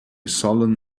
sullen